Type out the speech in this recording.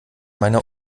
meine